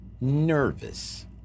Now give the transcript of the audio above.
nervous